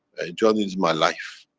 jan is my life.